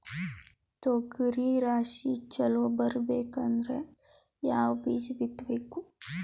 ತೊಗರಿ ರಾಶಿ ಚಲೋ ಬರಬೇಕಂದ್ರ ಯಾವ ಬೀಜ ಬಿತ್ತಬೇಕು?